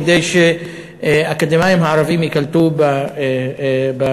כדי שאקדמאים ערבים ייקלטו במערכת.